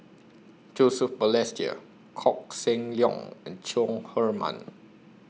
Joseph Balestier Koh Seng Leong and Chong Heman